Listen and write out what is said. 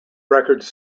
records